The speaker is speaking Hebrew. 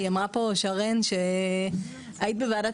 שרן אמרה פה שהיית בוועדת